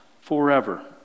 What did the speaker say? forever